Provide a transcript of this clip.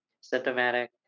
symptomatic